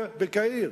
בקהיר.